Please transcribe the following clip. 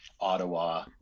Ottawa